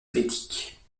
politiques